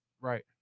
Right